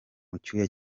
cyacu